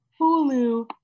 Hulu